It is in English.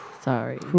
Sorry